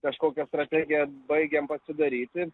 kažkokią strategiją baigiam pasidaryti